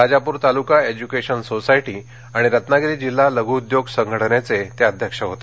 राजापूर तालुका education society आणि रत्नागिरी जिल्हा लघु उद्योजक संघटनेचे ते अध्यक्ष होते